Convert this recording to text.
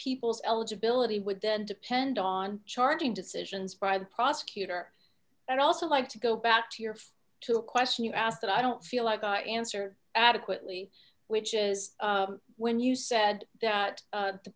people's eligibility would then depend on charging decisions by the prosecutor and also like to go back to your to a question you asked that i don't feel like the answer adequately which is when you said that